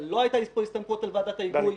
אבל לא הייתה פה הסתמכות על ועדת ההיגוי.